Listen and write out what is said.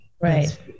Right